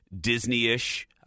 Disney-ish